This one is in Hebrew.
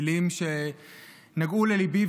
מילים שנגעו לליבי,